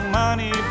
money